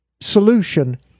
solution